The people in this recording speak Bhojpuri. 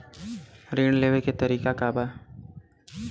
ऋण लेवे के तरीका का बा?